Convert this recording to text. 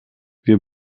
wir